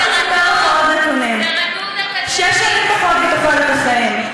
בוא אני אספר לך עוד נתונים: שש שנים פחות בתוחלת החיים.